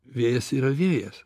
vėjas yra vėjas